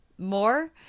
more